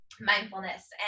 mindfulness